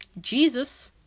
Jesus